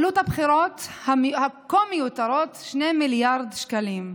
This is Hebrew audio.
עלות הבחירות הכה-מיותרות, 2 מיליארד שקלים.